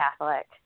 Catholic